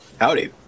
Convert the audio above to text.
Howdy